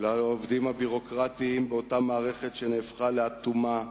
לעובדים הביורוקרטיים באותה מערכת, שנהפכה לאטומה,